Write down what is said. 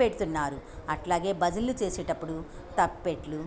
పెడుతున్నారు అట్లాగే భజన్లు చేసేటప్పుడు తప్పెట్లు